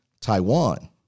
Taiwan